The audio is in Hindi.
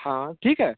हाँ ठीक है